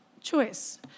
choice